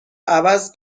عوض